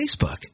Facebook